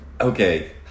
Okay